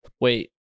Wait